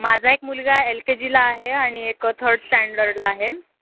माझा एक मुलगा एल के जीला आहे आणि एक थर्ड स्टँडर्डला आहे